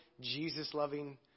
Jesus-loving